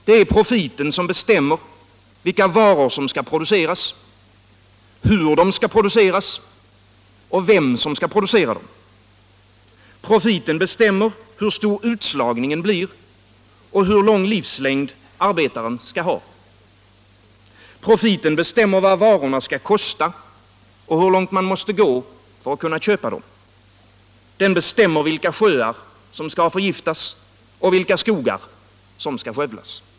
Det är profiten som bestämmer vilka varor som skall produceras, hur de skall produceras och vem som skall producera dem. Profiten bestämmer hur stor utslagningen blir och hur lång livslängd arbetaren skall ha. Profiten bestämmer vad varorna skall kosta och hur långt man måste gå för att kunna köpa dem. Den bestämmer vilka sjöar som skall förgiftas och vilka skogar som skall skövlas.